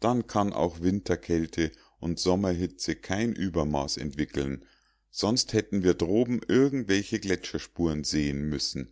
dann kann auch winterkälte und sommerhitze kein übermaß entwickeln sonst hätten wir droben irgendwelche gletscherspuren sehen müssen